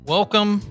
Welcome